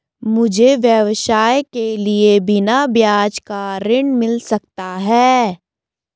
मुझे व्यवसाय के लिए बिना ब्याज का ऋण मिल सकता है?